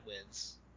wins